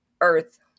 earth